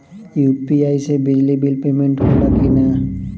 UPI से बिजली bill payment होला कि न?